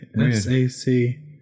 S-A-C